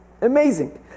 Amazing